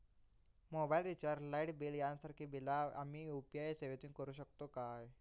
Mobile recharge, light bill यांसारखी बिला आम्ही यू.पी.आय सेवेतून करू शकतू काय?